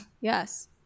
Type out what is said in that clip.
yes